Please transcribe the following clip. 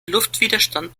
luftwiderstand